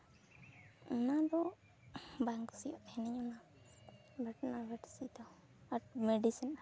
ᱚᱱᱟ ᱠᱚ ᱵᱟᱝ ᱠᱩᱥᱤᱭᱟᱜ ᱛᱟᱦᱮᱱᱤᱧ ᱚᱱᱟ ᱵᱷᱤᱴᱱᱟᱵᱷᱤᱴ ᱥᱤ ᱫᱚ ᱟᱨ ᱢᱤᱰᱤᱥᱮᱱᱟᱞ